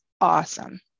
awesome